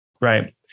right